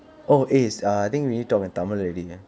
oh eh I think we need to talk in tamil already ah